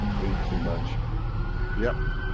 ate too much yep.